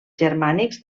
germànics